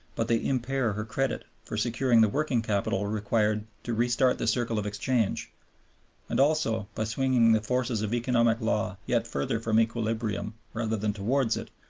but they impair her credit for securing the working capital required to re-start the circle of exchange and also, by swinging the forces of economic law yet further from equilibrium rather than towards it,